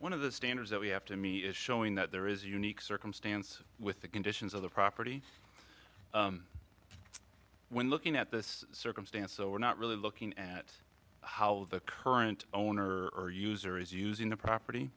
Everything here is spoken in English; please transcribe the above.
one of the standards that we have to meet is showing that there is unique circumstance with the conditions of the property when looking at this circumstance so we're not really looking at how the current owner or user is using the property